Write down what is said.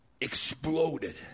exploded